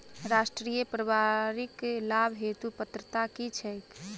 राष्ट्रीय परिवारिक लाभ हेतु पात्रता की छैक